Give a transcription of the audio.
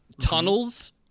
Tunnels